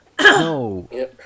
No